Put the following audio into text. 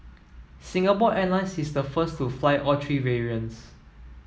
Singapore Airlines is the first to fly all three variants